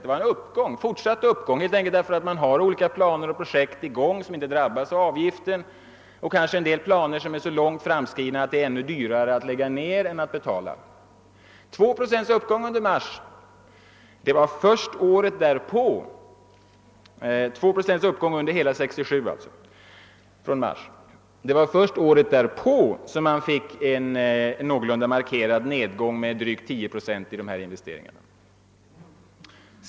Det var en fortsatt uppgång helt enkelt därför att man har olika planer och projekt i gång som inte drabbas av avgiften och kanske en del planer som är så långt framskridna att det blir dyrare att stoppa dem än att betala. Det blev alltså en uppgång med 2 procent under hela 1967 från mars månad. Först året därpå fick man en någorlunda markerad nedgång med drygt 10 procent i dessa investeringar.